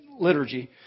liturgy